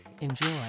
enjoy